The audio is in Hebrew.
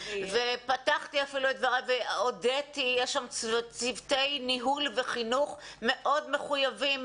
יש שם צוותי ניהול וחינוך מאוד מחויבים,